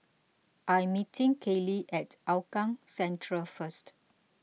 I'm meeting Kellee at Hougang Central first